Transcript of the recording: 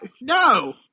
No